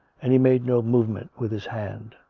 and he made no movement with his hand.